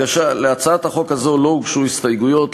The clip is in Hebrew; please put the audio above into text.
להצעת החוק הזאת לא הוגשו הסתייגויות,